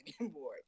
anymore